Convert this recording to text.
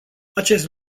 acest